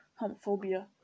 homophobia